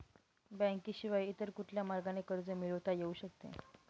बँकेशिवाय इतर कुठल्या मार्गाने कर्ज मिळविता येऊ शकते का?